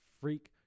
freak